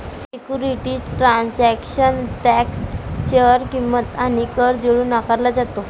securities transaction tax share किंमत आणि कर जोडून आकारला जातो